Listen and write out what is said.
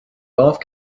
golf